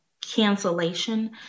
cancellation